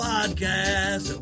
Podcast